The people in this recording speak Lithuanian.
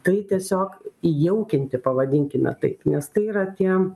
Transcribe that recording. tai tiesiog įjaukinti pavadinkime taip nes tai yra tie